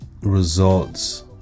results